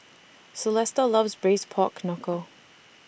Celesta loves Braised Pork Knuckle